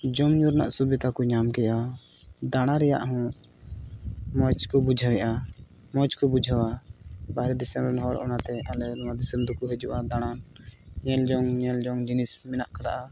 ᱡᱚᱢ ᱧᱩ ᱨᱮᱱᱟᱜ ᱥᱩᱵᱤᱫᱟ ᱠᱚ ᱧᱟᱢ ᱠᱮᱫᱼᱟ ᱫᱟᱲᱟ ᱨᱮᱭᱟᱜ ᱦᱚᱸ ᱢᱚᱡᱽ ᱠᱚ ᱵᱩᱡᱷᱟᱹᱣᱮᱫᱼᱟ ᱢᱚᱡᱽ ᱠᱚ ᱵᱩᱡᱷᱟᱹᱣᱟ ᱵᱟᱦᱨᱮ ᱫᱤᱥᱚᱢ ᱨᱮᱱ ᱦᱚᱲ ᱚᱱᱟᱛᱮ ᱟᱞᱮ ᱱᱚᱣᱟ ᱫᱤᱥᱚᱢ ᱛᱮᱠᱚ ᱦᱤᱡᱩᱜᱼᱟ ᱫᱟᱲᱟᱱ ᱧᱮᱞ ᱡᱚᱝ ᱧᱮᱞ ᱡᱚᱝ ᱡᱤᱱᱤᱥ ᱢᱮᱱᱟᱜ ᱠᱟᱫᱟ